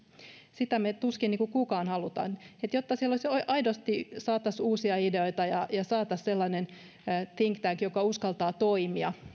sitä me tuskin kukaan haluamme jotta siellä aidosti saataisiin uusia ideoita ja saataisiin sellainen think tank joka uskaltaa toimia